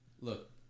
Look